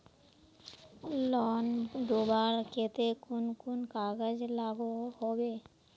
Loan लुबार केते कुन कुन कागज लागोहो होबे?